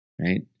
right